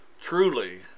Truly